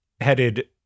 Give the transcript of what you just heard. headed